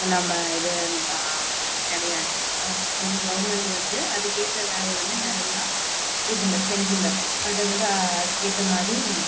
நம்ம இது கிடையாது நம்ம கவர்மெண்ட் வந்து அதுக்கு ஏற்ற வேலையை வந்து நிறையா இதில் செய்யல அதாவது அதுக்கு ஏற்ற மாதிரி